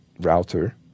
router